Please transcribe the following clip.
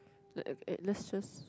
let uh let's just